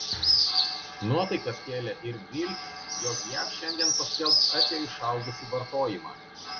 nuotaikas kėlė ir viltys jog jav šiandien paskelbs apie išaugusį vartojimą